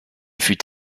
fut